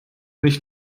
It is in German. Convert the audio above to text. nicht